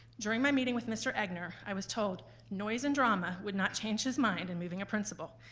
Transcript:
during my meeting with mr. egnor, i was told noise and drama would not change his mind in moving a principal.